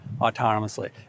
autonomously